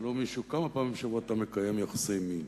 שאלו מישהו: כמה פעמים בשבוע אתה מקיים יחסי מין?